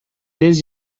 тез